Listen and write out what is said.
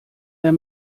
der